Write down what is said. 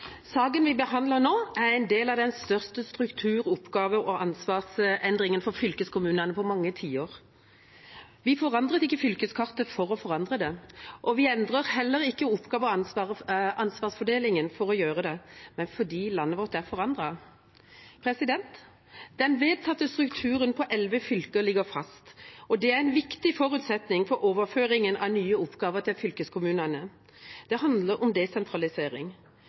Saken vi behandler nå, er en del av den største strukturelle oppgave- og ansvarsendringen for fylkeskommunene på mange tiår. Vi forandret ikke fylkeskartet for å forandre det, og vi endrer heller ikke oppgave- og ansvarsfordelingen for å gjøre det, men fordi landet vårt er forandret. Den vedtatte strukturen på elleve fylker ligger fast, og det er en viktig forutsetning for overføringen av nye oppgaver til fylkeskommunene. Det handler om desentralisering.